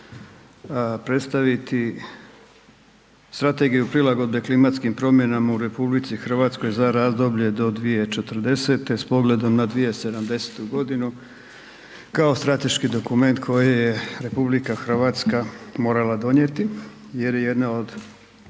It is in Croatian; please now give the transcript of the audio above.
predstaviti Strategiju prilagodbe klimatskim promjenama u RH za razdoblje do 2040. s pogledom na 2070. godinu kao strateški dokument koji je RH morala donijeti jer je jedna od